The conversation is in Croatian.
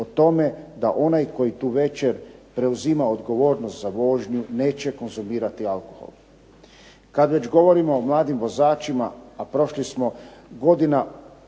o tome da onaj koji tu večer preuzima odgovornost za vožnju neće konzumirati alkohol. Kad već govorimo o mladim vozačima, a prošlih smo godina